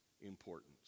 importance